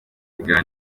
bikorwa